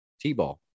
T-ball